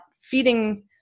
feeding